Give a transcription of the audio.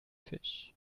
fish